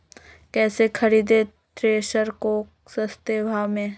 कैसे खरीदे थ्रेसर को सस्ते भाव में?